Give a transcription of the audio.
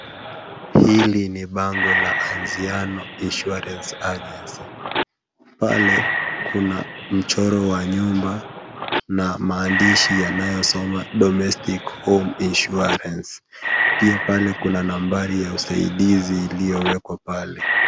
Hili ni bango la anziano insurance agency. Pale kuna mchoro wa nyumba na maandishi ambayo yanasoma domestic home insurance. Pia pale kuna nambari ya usaidizi iliyowekwa pale.